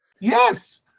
Yes